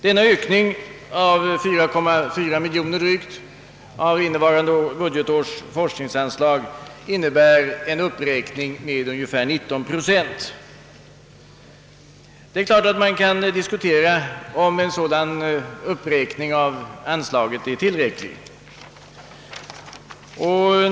Denna ökning på drygt 4,2 miljoner kronor på innevarande budgetårs forskningsanslag innebär en uppräkning med ungefär 19 procent. Man kan givetvis diskutera om den uppräkningen är tillräcklig.